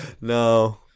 No